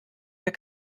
der